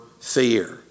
fear